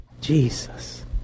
Jesus